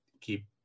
keep